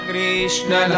Krishna